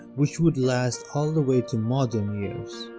which would last all the way to modern years.